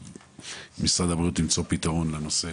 משרד הבריאות צריך למצוא פתרון לנושא,